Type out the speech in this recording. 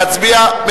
להצביע?